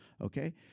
okay